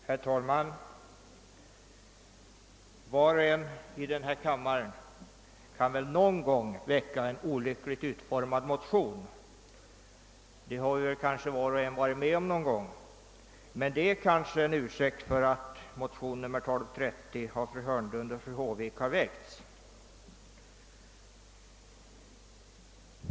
Herr talman! Var och en i denna kammare kan väl någon gång väcka en olyckligt utformad motion, det har vi kanske varit med om litet till mans, och möjligen är det en ursäkt för att motion II:1230 av fru Hörnlund och fru Håvik har väckts.